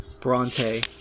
Bronte